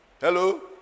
Hello